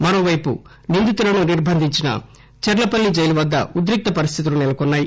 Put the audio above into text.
మరోపైపు ిా నిందితులను నిర్బంధించిన చర్లపల్లి జైలు వద్ద ఉద్రిక్త పరిస్థితులు నెలకొన్నాయి